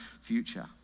future